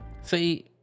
See